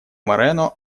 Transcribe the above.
морено